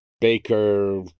baker